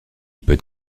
peut